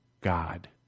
God